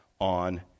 on